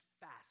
fast